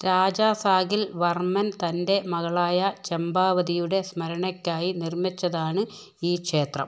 രാജാ സാഹിൽ വർമ്മൻ തൻ്റെ മകളായ ചമ്പാവതിയുടെ സ്മരണയ്ക്കായി നിർമ്മിച്ചതാണ് ഈ ക്ഷേത്രം